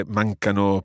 mancano